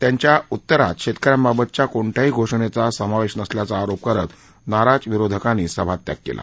त्यांच्या उत्तरात शेतकऱ्यांबाबतच्या कोणत्याही घोषणेचा समावेश नसल्याचा आरोप करत नाराज विरोधकांनी सभात्याग केला